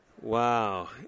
Wow